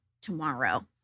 tomorrow